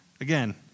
Again